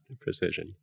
precision